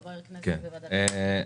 חבר כנסת בוועדת הכספים.